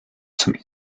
zum